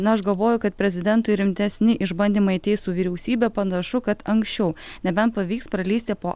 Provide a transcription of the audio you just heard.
na aš galvoju kad prezidentui rimtesni išbandymai ateis su vyriausybe panašu kad anksčiau nebent pavyks pralįsti po